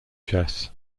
chess